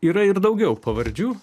yra ir daugiau pavardžių